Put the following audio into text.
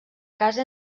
casa